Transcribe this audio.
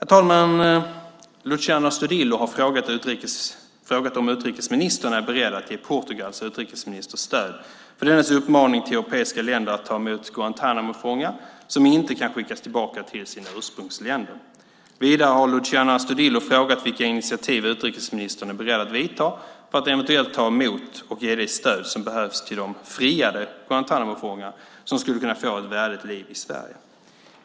Herr talman! Luciano Astudillo har frågat om utrikesministern är beredd att ge Portugals utrikesminister stöd för dennes uppmaning till europeiska länder att ta emot Guantánamofångar som inte kan skickas tillbaka till sina ursprungsländer. Vidare har Luciano Astudillo frågat vilka initiativ utrikesministern är beredd att vidta för att eventuellt ta emot och ge det stöd som behövs till de friade Guantánamofångar som skulle kunna få ett värdigt liv i Sverige.